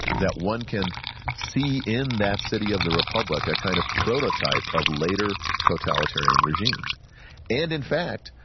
that one can see in that city of the republic a kind of prototype of later totalitarian regimes and in fact,